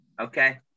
okay